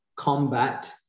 Combat